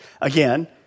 Again